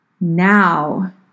Now